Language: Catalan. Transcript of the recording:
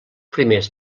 primers